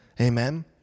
Amen